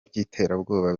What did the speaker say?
by’iterabwoba